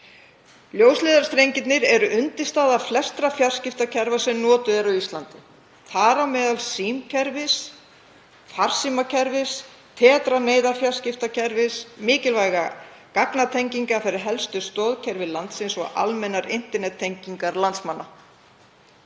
Ljósleiðarastrengirnir eru undirstaða flestra fjarskiptakerfa sem notuð er á Íslandi, þar á meðal símkerfisins, farsímakerfisins, Tetra-neyðarfjarskiptakerfis, mikilvægra gagnatenginga fyrir helstu stoðkerfi landsins og almennrar internettengingar landsmanna.